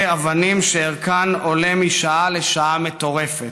אבנים שערכן עולה משעה / לשעה מטורפת".